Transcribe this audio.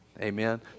Amen